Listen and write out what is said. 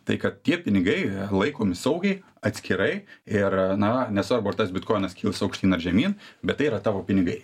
tai kad tie pinigai laikomi saugiai atskirai ir na nesvarbu ar tas bitkoinas kils aukštyn ar žemyn bet tai yra tavo pinigai